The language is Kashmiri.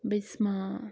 بِسمہ